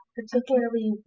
particularly